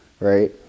Right